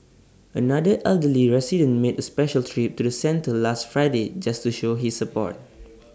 another elderly resident made A special trip to the centre last Friday just to show his support